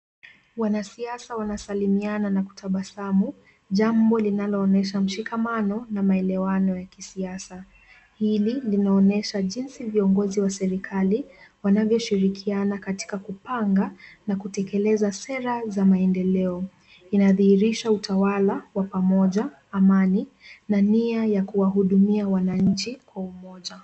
Wanasiasa wanasalimiana na kutabasamu, jambo linaloonyesha mshikamano na maelewano ya kisiasa. Hili linaonyesha jinsi viongozi wa serikali wanavyoshirikiana katika kupanga na kutekeleza sera ya maendeleo. Inadhihirisha utawala wa pamoja, amani na nia ya kuwahudumia wananchi kwa pamoja.